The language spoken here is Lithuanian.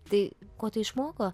tai ko tai išmoko